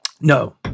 no